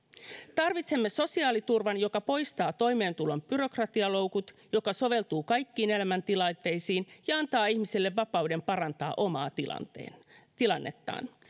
tarvitsemme sosiaaliturvan joka poistaa toimeentulon byrokratialoukut joka soveltuu kaikkiin elämäntilanteisiin ja antaa ihmiselle vapauden parantaa omaa tilannettaan